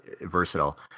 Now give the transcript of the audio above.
versatile